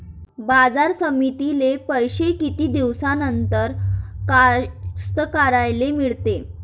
बाजार समितीतले पैशे किती दिवसानं कास्तकाराइले मिळते?